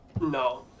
No